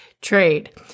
trade